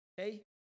okay